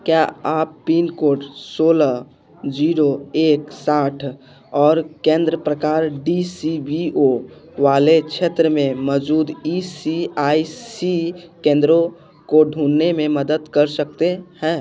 क्या आप pin code एक छः जीरो एक छः जीरो और केंद्र प्रकार डी सी बी ओ वाले क्षेत्र में मौजूद ई एस आई सी केंद्रों को ढूँढने में मदद कर सकते हैं